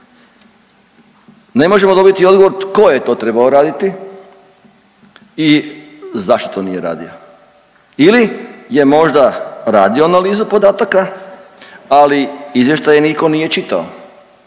Ne možemo dobiti odgovor tko je to trebao raditi i zašto nije radio ili je možda radio analizu podataka, ali izvještaje niko nije čitao